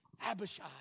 Abishai